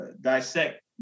dissect